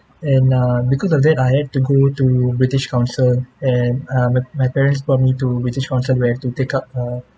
and err because of that I had to go to british council and uh my my parents brought me to british council where I have to take up uh